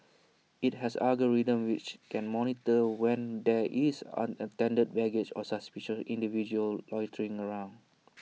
IT has algorithms which can monitor when there is unattended baggage or suspicious individuals loitering around